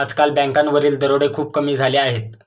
आजकाल बँकांवरील दरोडे खूप कमी झाले आहेत